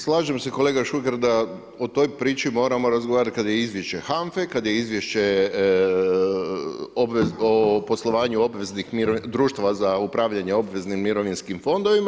Slažem se kolega Šuker, da o toj priči moramo razgovarati kada je izvješće HANFA-e, kada je izvješće o poslovanju obveznih društava za upravljanje obveznim mirovinskim fondovima.